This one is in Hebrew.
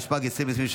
אין מתנגדים,